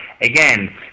Again